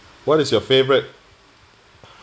what is your favourite